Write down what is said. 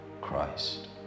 Christ